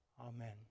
Amen